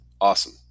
awesome